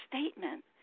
statement